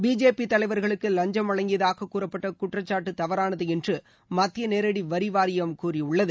BJP தலைவர்களுக்கு லஞ்சம் வழங்கியதாக கூறப்பட்ட குற்றச்சாட்டு தவறானது என்று மத்திய நேரடி வரி வாரியம் கூறியுள்ளது